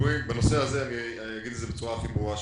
בנושא הזה אגיד בצורה הכי ברורה שאפשר,